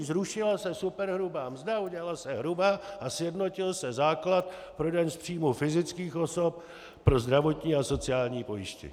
Zrušila se superhrubá mzda, udělala se hrubá a sjednotil se základ pro daň z příjmů fyzických osob pro zdravotní a sociální pojištění.